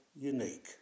unique